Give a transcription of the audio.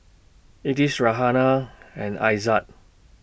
Idris Raihana and Aizat